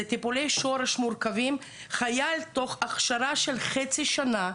זה טיפולי שורש מורכבים חייל תוך הכשרה של חצי שנה,